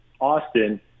Austin